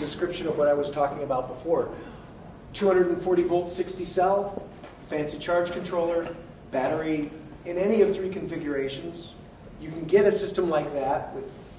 description of what i was talking about before two hundred forty volt sixty cell fancy charge controller battery in any of three configurations you can get a system like that